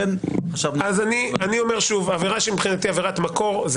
אני אומר שוב שעבירה שמבחינתי היא עבירת מקור.